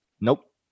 nope